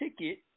ticket